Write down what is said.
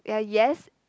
yeah yes